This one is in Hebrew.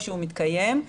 שהוא מתקיים.